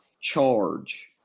charge